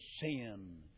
sin